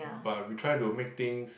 but we try to make things